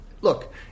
look